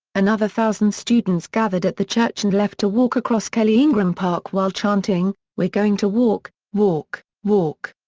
another thousand students gathered at the church and left to walk across kelly ingram park while chanting, we're going to walk, walk, walk.